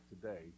today